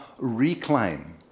reclaim